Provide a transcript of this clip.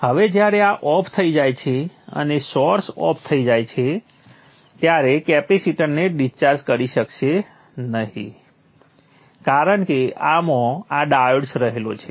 હવે જ્યારે આ ઓફ થઈ જાય છે અને સોર્સ ઓફ થઈ જાય છે ત્યારે કેપેસિટરને ડિસ્ચાર્જ કરી શકશે નહીં કારણ કે આમાં આ ડાયોડ્સ રહેલો હોય છે